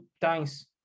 times